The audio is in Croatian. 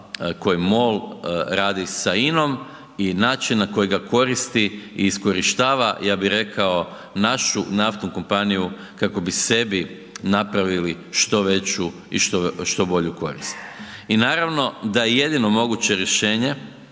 koji MOL radi sa INA-om i način na koji ga koristi i iskorištava, ja bi rekao našu naftnu kompaniju, kako bi sebi napravili što veću i što bolju korist. I naravno da je jedino moguće rješenje